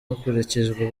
hakurikijwe